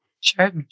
Sure